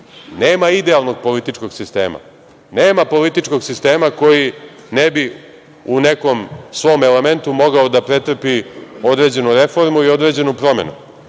nema idealnog političkog sistema, nema političkog sistema koji ne bi u nekom svom elementu mogao da pretrpi određenu reformu i određenu promenu.